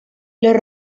los